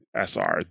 SR